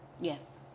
yes